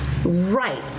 Right